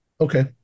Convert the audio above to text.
Okay